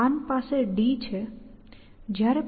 arm પાસે D છે